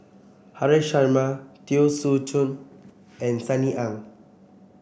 Haresh Sharma Teo Soon Chuan and Sunny Ang